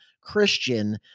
Christian